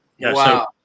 Wow